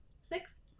six